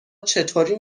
چطوری